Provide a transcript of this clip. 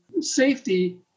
safety